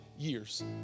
years